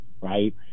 Right